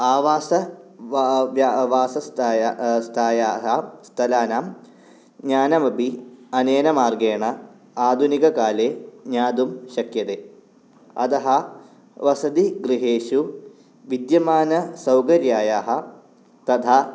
आवास वा व्या वासस्थाया व्यवस्थायाः स्थलानां ज्ञानमपि अनेन मार्गेण आधुनिककाले ज्ञातुं शक्यते अतः वसतिगृहेषु विद्यमानसौकर्यायाः तथा